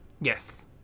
Yes